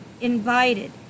invited